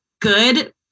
good